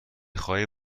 خواهی